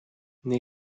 nei